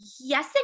Yes